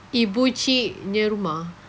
ibu cik nya rumah